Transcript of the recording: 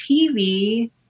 TV